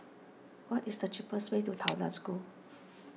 what is the cheapest way to Tao Nan School